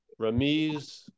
Ramiz